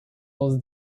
was